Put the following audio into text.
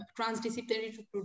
transdisciplinary